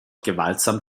gewaltsam